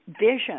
vision